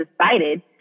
decided